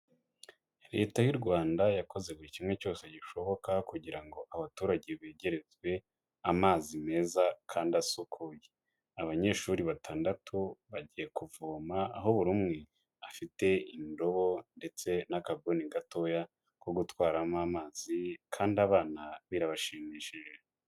Leta y'u Rwanda yakoze buri kimwe cyose gishoboka, kugira ngo abaturage begerezwe amazi meza kandi asukuye. Abanyeshuri batandatu bagiye kuvoma, aho buri umwe afite indobo ndetse n'akabuni gatoya ko gutwaramo amazi kandi abana birabashimishije.